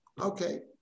Okay